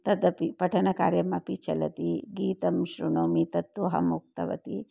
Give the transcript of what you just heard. तदपि पठनकार्यमपि चलति गीतं शृणोमि तत्तु अहम् उक्तवती